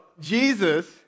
Jesus